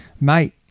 Mate